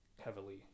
heavily